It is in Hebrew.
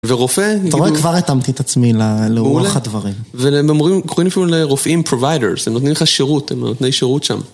ורופא, כאילו... -אתה רואה, כבר התאמתי את עצמי -מעולה -לרוח הדברים -והם אומרים, קוראים לפעמים לרופאים providers, הם נותנים לך שירות, הם נותני שירות שם.